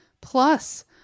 Plus